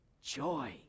joy